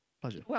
pleasure